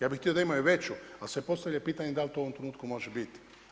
Ja bih htio da imaju veću ali se postavlja pitanje dali li to u ovom trenutku može biti.